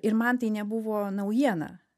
ir man tai nebuvo naujiena